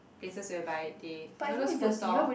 bases whereby they you know those food stall